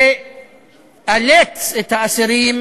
לאלץ את האסירים